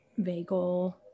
vagal